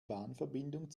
bahnverbindung